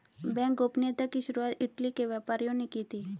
bank गोपनीयता की शुरुआत इटली के व्यापारियों ने की थी